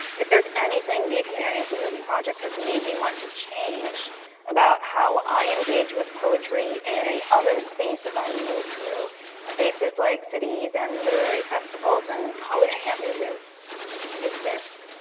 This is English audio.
if there's anything the experience of this project has made me want to change about how i engage with poetry and the other spaces i move through spaces like cities, and literary festivals, and college campuses it's this.